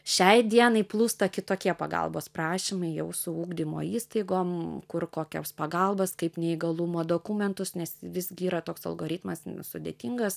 šiai dienai plūsta kitokie pagalbos prašymai jau su ugdymo įstaigom kur kokios pagalbos kaip neįgalumo dokumentus nes visgi yra toks algoritmas sudėtingas